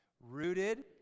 Rooted